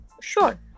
Sure